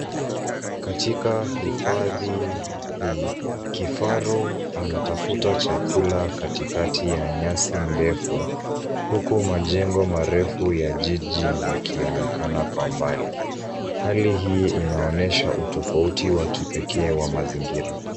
Katika hifadhi hii. Kifaru anatafta chakula katikati ya nyasi ndefu huku majengo marefu ya jiji yakionekana kwa mbali, hali hii inaonyesha utafouti wa kipekee wa mazingira .